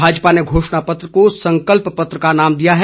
भाजपा ने घोषणापत्र को संकल्प पत्र का नाम दिया है